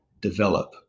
develop